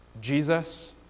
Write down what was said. Jesus